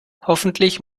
hoffentlich